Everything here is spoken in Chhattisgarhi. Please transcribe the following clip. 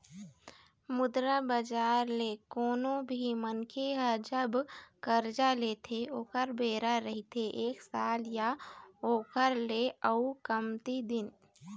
मुद्रा बजार ले कोनो भी मनखे ह जब करजा लेथे ओखर बेरा रहिथे एक साल या ओखर ले अउ कमती दिन